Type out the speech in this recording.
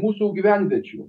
mūsų gyvenviečių